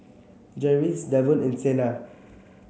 Jarvis Davon and Sena